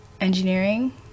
engineering